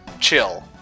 chill